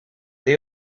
they